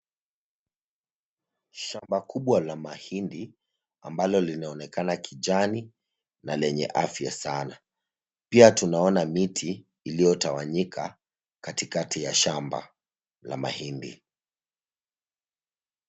Shamba kubwa la mahindi ambalo linaonekana kijani na lenye afya sana. Pia tunaona miti iliyotawanyika katikati ya shamba la mahindi.